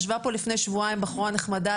ישבה פה לפני שבועיים בחורה נחמדה,